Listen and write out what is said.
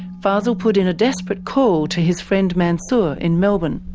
fazel put in a desperate call to his friend mansour, in melbourne.